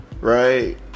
right